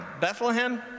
Bethlehem